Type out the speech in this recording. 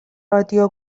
رادیو